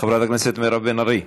חברת הכנסת מירב בן ארי,